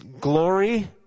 glory